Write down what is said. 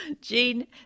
Gene